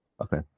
okay